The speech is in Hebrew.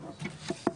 התיקון?